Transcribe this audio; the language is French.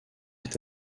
est